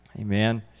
amen